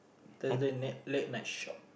th~ the late night shop